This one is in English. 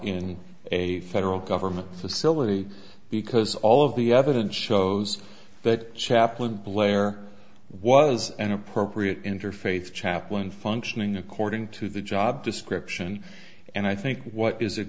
in a federal government facility because all of the evidence shows that chaplain blair was an appropriate interfaith chaplain functioning according to the job description and i think what is